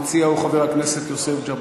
הצעה מס' 188. המציע הוא חבר הכנסת יוסף ג'בארין,